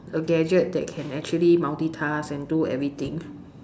a gadget that can actually multitask and do everything